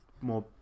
more